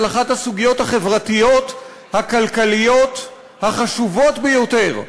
על אחת הסוגיות החברתיות הכלכליות החשובות ביותר בחיינו,